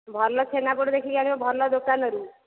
ଭଲ ଛେନାପୋଡ଼ ଦେଖିକି ଆଣିବୁ ଭଲ ଦୋକାନରୁ